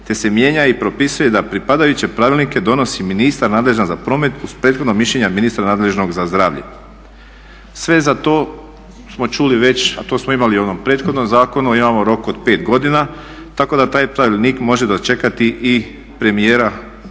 te se mijenja i propisuje da pripadajuće pravilnike donosi ministar nadležan za promet uz prethodna mišljenja ministra nadležnog za zdravlje. Sve za to smo čuli već, a to smo imali u onom prethodnom zakonu, imamo rok od 5 godina tako da taj pravilnik može dočekati i premijera